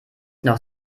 noch